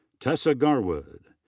tessa garwood.